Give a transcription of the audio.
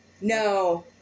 No